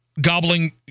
gobbling